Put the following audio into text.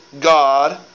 God